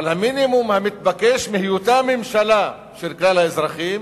אבל את המינימום המתבקש מהיותה ממשלה של כלל האזרחים